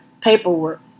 paperwork